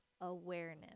awareness